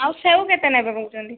ଆଉ ସେଉ କେତେ ନେବେ କହୁଛନ୍ତି